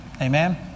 Amen